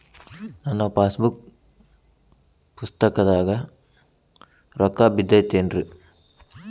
ನನ್ನ ಪಾಸ್ ಪುಸ್ತಕದಾಗ ರೊಕ್ಕ ಬಿದ್ದೈತೇನ್ರಿ?